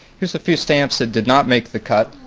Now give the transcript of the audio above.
here's a few stamps that did not make the cut.